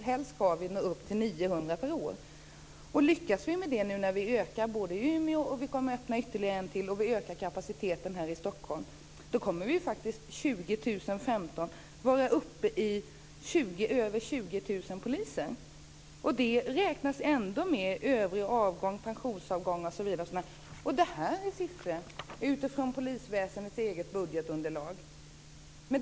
Helst ska vi nå upp till 900 per år. Lyckas vi med, nu när vi ökar kapaciteten både i Umeå och här i Stockholm, kommer vi faktiskt år 2015 att vara uppe i över 20 000 poliser. Då räknas ändå med övrig avgång, pensionsavgångar osv. Och detta är siffror från polisväsendets eget budgetunderlag.